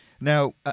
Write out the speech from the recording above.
Now